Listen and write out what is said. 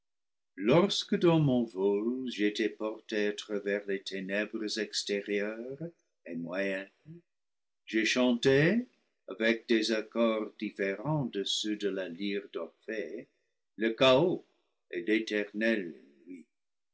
lorsque dans mon vol j'étais porté à travers les ténèbres extérieures et moyennes j'ai chanté avec des accords différents de ceux de la lyre d'orphée le chaos et l'éternelle nuit